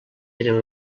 eren